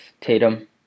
Tatum